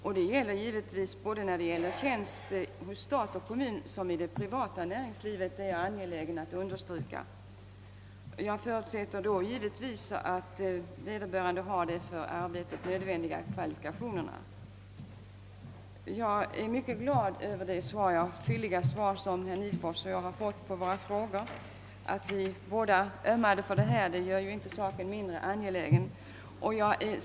Detta gäller givetvis i fråga om tjänst såväl hos stat och kommun som i det privata näringslivet; det är jag angelägen att understryka. Jag förutsätter naturligtvis att vederbörande har de för arbetet nödvändiga kvalifikationerna. Jag är mycket tillfredsställd med det fylliga svar som herr Nihlfors och jag har fått på våra frågor. Att vi båda ömmat för denna sak gör den inte mindre angelägen.